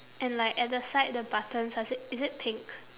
and like at the side the buttons does it is it pink